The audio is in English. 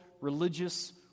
religious